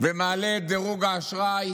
ומעלה את דירוג האשראי